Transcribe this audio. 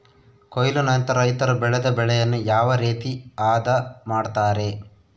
ಕೊಯ್ಲು ನಂತರ ರೈತರು ಬೆಳೆದ ಬೆಳೆಯನ್ನು ಯಾವ ರೇತಿ ಆದ ಮಾಡ್ತಾರೆ?